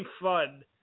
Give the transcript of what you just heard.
fun